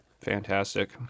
fantastic